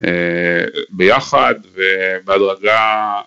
ביחד, ובהדרגה